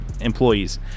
employees